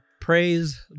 praise